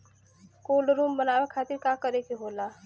Cold room बनावे खातिर का करे के होला?